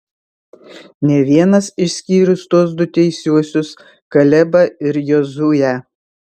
nė vienas išskyrus tuos du teisiuosius kalebą ir jozuę